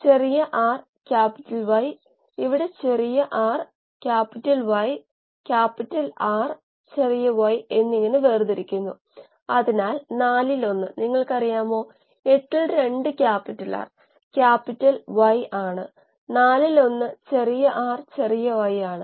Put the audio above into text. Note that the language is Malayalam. കൂടാതെ W ഇംപെല്ലർ ബ്ലേഡിന്റെ വീതി ഹരിക്കണം വ്യാസം അഞ്ചിലൊന്ന് ആയിരിക്കണം L ഇംപെല്ലർ ബ്ലേഡിന്റെ നീളം നാലിലൊന്നായിരിക്കണം